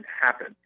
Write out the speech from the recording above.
happen